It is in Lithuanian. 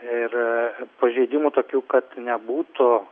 ir pažeidimų tokių kad nebūtų